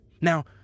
Now